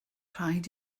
rhaid